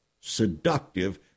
seductive